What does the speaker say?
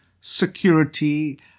security